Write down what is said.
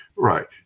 Right